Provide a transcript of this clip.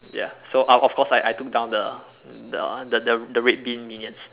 ya so of of course I I took down the the the the red bean minions